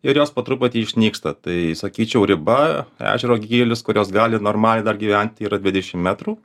ir jos po truputį išnyksta tai sakyčiau riba ežero gylis kur jos gali normaliai dar gyvent yra dvidešim metrų